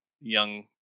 young